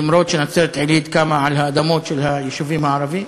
למרות העובדה שנצרת-עילית קמה על האדמות של היישובים הערביים.